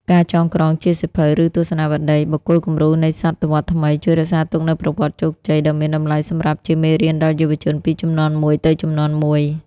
ការចងក្រងជាសៀវភៅ ឬទស្សនាវដ្ដី «បុគ្គលគំរូនៃសតវត្សរ៍ថ្មី» ជួយរក្សាទុកនូវប្រវត្តិជោគជ័យដ៏មានតម្លៃសម្រាប់ជាមេរៀនដល់យុវជនពីជំនាន់មួយទៅជំនាន់មួយ។